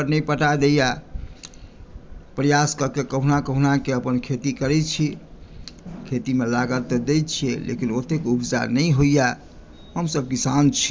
प्रयास कऽ के कहुना कहुनाके अपन खेती करै छी खेतीमे लागत तऽ दै छियै लेकिन ओतेक उपजा नहि होइया हमसभ किसान छी आओर किसानी करै छी